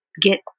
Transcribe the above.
get